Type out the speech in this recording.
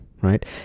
right